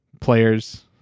players